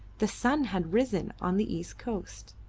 the sun had risen on the east coast.